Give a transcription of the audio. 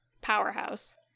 powerhouse